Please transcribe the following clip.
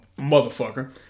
motherfucker